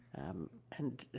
um, and